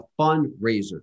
fundraiser